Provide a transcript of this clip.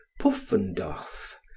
Puffendorf